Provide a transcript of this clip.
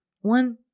One